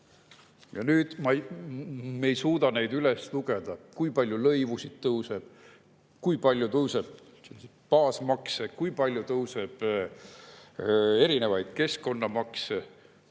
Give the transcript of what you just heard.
Nüüd me ei suuda üles lugeda, kui palju lõivusid tõuseb, kui palju tõuseb baasmakse, kui palju tõuseb eri keskkonnamakse,